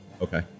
Okay